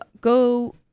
go